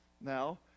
Now